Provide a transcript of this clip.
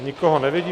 Nikoho nevidím.